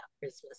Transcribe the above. Christmas